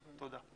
תודה.